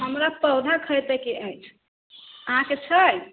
हमरा पौधा खरीदयके अछि अहाँके छै